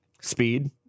speed